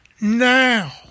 now